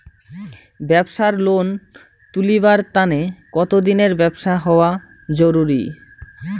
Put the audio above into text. ব্যাবসার লোন তুলিবার তানে কতদিনের ব্যবসা হওয়া জরুরি?